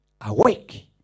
Awake